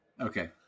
Okay